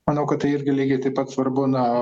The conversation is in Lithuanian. manau kad tai irgi lygiai taip pat svarbu na